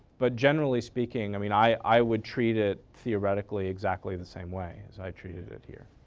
but generally speaking, i mean i i would treat it theoretically exactly the same way as i treated it here.